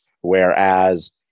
whereas